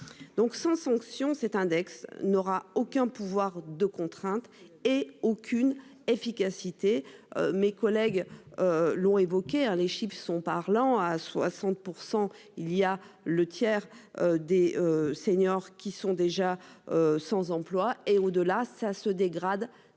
sans sanction cet index n'aura aucun pouvoir de contrainte et aucune efficacité. Mes collègues. L'ont évoqué, hein. Les chiffres sont parlants, à 60% il y a le tiers. Des seniors qui sont déjà sans emploi et au delà, ça se dégrade très rapidement